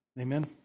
Amen